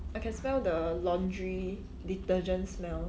I can smell the laundry detergent smell